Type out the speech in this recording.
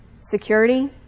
Security